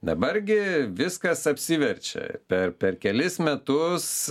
dabar gi viskas apsiverčia per per kelis metus